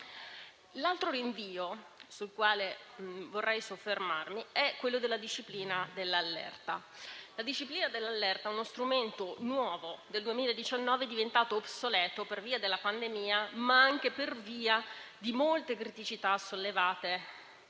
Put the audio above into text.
L'altro rinvio sul quale vorrei soffermarmi è quello della disciplina dell'allerta; uno strumento nuovo del 2019, diventato obsoleto per via della pandemia, ma anche per via di molte criticità sollevate